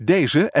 Deze